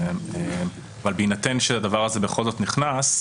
אבל בהינתן שהדבר הזה בכל זאת נכנס,